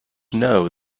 know